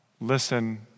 listen